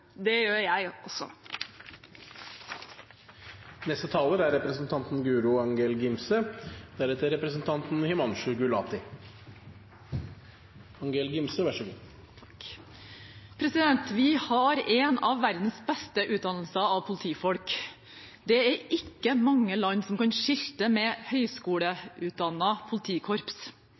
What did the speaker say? Det gjør jeg også. Vi har en av verdens beste utdannelser av politifolk. Det er ikke mange land som kan skilte med et høyskoleutdannet politikorps,